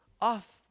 off